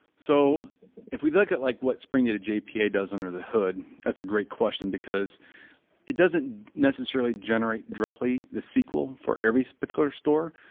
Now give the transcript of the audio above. so if we look at like what spring data jpa does under the hood, that's a great question because it doesn't necessarily generate directly the sql for every particular store.